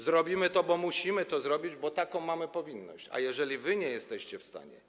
Zrobimy to, bo musimy to zrobić, bo taką mamy powinność, a jeżeli wy nie jesteście w stanie.